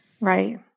Right